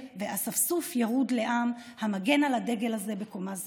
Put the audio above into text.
ואספסוף ירוד לעם המגן על הדגל הזה בקומה זקופה.